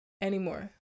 anymore